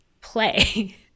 play